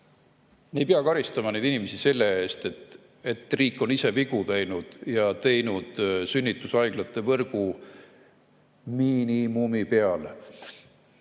ei pea karistama neid inimesi selle eest, et riik on ise vigu teinud ja viinud sünnitushaiglate võrgu miinimumi peale.